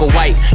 White